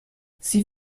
sie